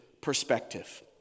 Perspective